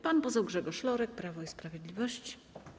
Pan poseł Grzegorz Lorek, Prawo i Sprawiedliwość.